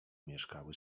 mieszkały